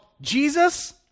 Jesus